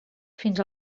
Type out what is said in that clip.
fins